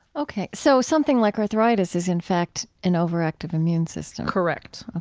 ok. so something like arthritis is, in fact, an overactive immune system? correct.